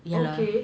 okay